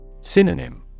Synonym